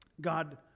God